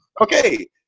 Okay